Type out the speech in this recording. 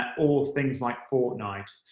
and or things like fortnite.